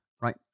right